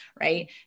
right